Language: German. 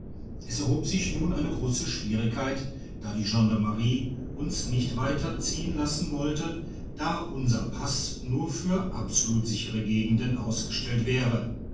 es erhob sich nun eine grosse schwierigkeit da die gendarmerie uns präfecturgebäude in linkipo nicht weiterziehen lasse wollte da unser pass nur für absolut sichere gegenden ausgestellt wäre